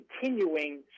continuing